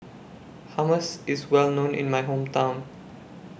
Hummus IS Well known in My Hometown